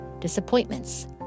disappointments